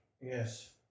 Yes